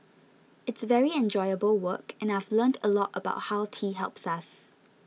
it's very enjoyable work and I've learnt a lot about how tea helps us